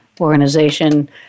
organization